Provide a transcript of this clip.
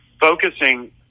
focusing